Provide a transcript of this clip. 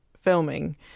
filming